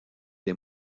des